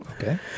Okay